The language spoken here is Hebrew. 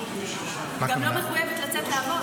היא גם לא מחויבת לצאת לעבוד.